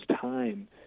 time